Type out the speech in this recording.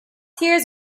hears